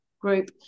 group